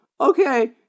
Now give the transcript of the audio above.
okay